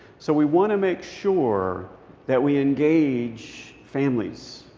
so we want to make sure that we engage families.